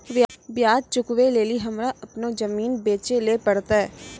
ब्याज चुकबै लेली हमरा अपनो जमीन बेचै ले पड़लै